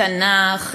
תנ"ך,